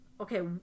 Okay